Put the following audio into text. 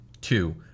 two